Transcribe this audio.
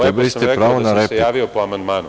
Lepo sam rekao da sam se javio po amandmanu.